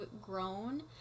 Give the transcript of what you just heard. grown